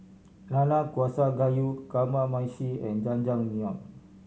Nanakusa Gayu Kamameshi and Jajangmyeon